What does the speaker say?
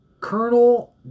Colonel